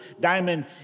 diamond